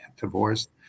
divorced